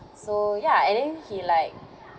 so ya and then he like